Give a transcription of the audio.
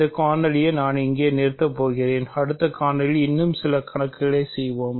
இந்த காணொளியை நான் இங்கே நிறுத்தப் போகிறேன் அடுத்த காணொளியில் இன்னும் சில கணக்குகளைச் செய்வோம்